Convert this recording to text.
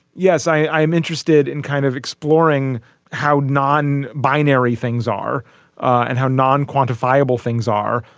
yes. i am interested in kind of exploring how non binary things are and how non quantifiable things are.